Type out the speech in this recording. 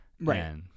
Right